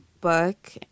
book